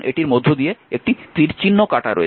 এটির মধ্য দিয়ে একটি তীরচিহ্ন কাটা রয়েছে